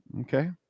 Okay